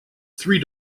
three